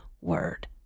word